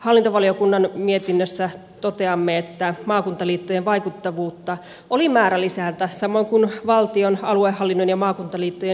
hallintovaliokunnan mietinnössä toteamme että maakuntaliittojen vaikuttavuutta oli määrä lisätä samoin kuin valtion aluehallinnon ja maakuntaliittojen yhteistyötä